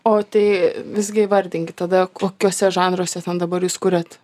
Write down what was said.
o tai visgi įvardinkit tada kokiuose žanruose ten dabar jūs kuriat